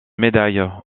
médaille